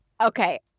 Okay